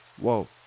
Whoa